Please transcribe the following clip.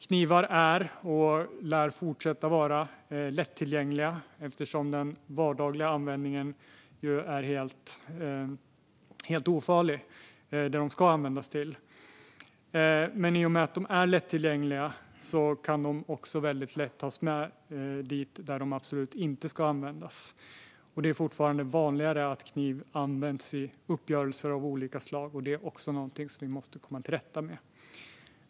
Knivar är, och lär fortsätta vara, lättillgängliga eftersom den vardagliga användningen är helt ofarlig när de används till det som de ska användas till. Men i och med att de är lättillgängliga kan de också väldigt lätt tas med dit där de absolut inte ska användas. Och det är fortfarande vanligare att kniv används vid uppgörelser av olika slag. Det är också någonting som vi måste komma till rätta med. Fru talman!